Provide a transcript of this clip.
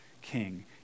king